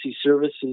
services